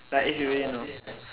like you really know